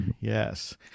Yes